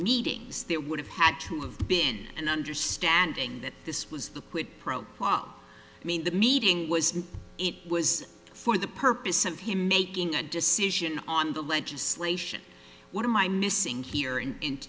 meetings there would have had to have been an understanding that this was the put pro quo i mean the meeting was and it was for the purpose of him making a decision on the legislation what am i missing here